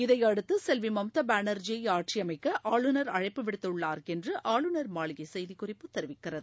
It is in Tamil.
இதையடுத்து செல்வி மம்தா பேனர்ஜியை ஆட்சியமைக்க ஆளுநர் அழைப்பு விடுத்துள்ளார் என்று ஆளுநர் மாளிகை செய்திக்குறிப்பு தெரிவிக்கிறது